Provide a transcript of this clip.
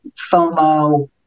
FOMO